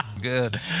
good